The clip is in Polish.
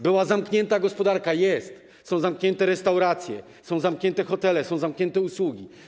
Była zamknięta gospodarka i jest, są zamknięte restauracje, są zamknięte hotele, są zamknięte usługi.